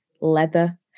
leather